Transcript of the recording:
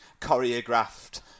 choreographed